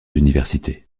d’université